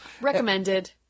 Recommended